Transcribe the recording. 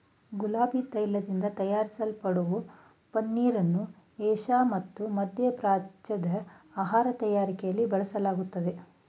ಗುಲಾಬಿ ತೈಲದಿಂದ ತಯಾರಿಸಲ್ಪಡೋ ಪನ್ನೀರನ್ನು ಏಷ್ಯಾ ಮತ್ತು ಮಧ್ಯಪ್ರಾಚ್ಯದ ಆಹಾರ ತಯಾರಿಕೆಲಿ ಬಳಸಲಾಗ್ತದೆ